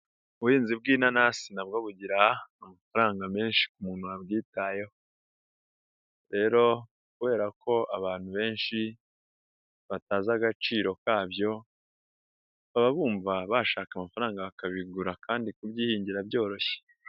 Ubuhinzi bw'inanasi nabwo bugira amafaranga menshi ku muntu wabyitayeho, rero kubera ko abantu benshi batazi agaciro kabyo, baba bumva bashaka amafaranga bakabigura kandi kubyihingira byoroshye.